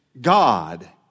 God